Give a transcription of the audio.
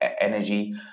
energy